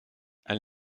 elle